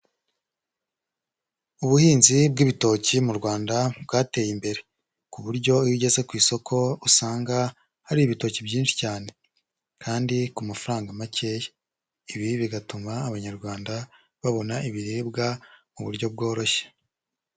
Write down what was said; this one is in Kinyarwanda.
Ubuhinzi bw'ibitoki mu Rwanda bwateye imbere; ku buryo iyo ugeze ku isoko usanga hari ibitoki byinshi cyane, kandi ku mafaranga makeya. Ibi bigatuma Abanyarwanda babona ibiribwa mu buryo bworoshye.